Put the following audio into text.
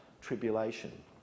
tribulation